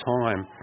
time